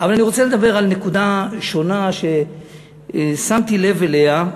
אבל אני רוצה לדבר על נקודה שונה ששמתי לב אליה,